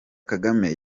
kagame